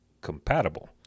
compatible